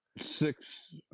six